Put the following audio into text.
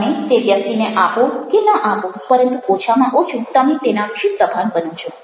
તમે તે વ્યક્તિને આપો કે ના આપો પરંતુ ઓછામાં ઓછું તમે તેના વિશે સભાન બનો છો